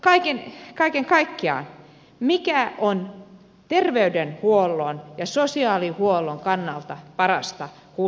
kaiken kaikkiaan mikä on terveydenhuollon ja sosiaalihuollon kannalta parasta hus alueella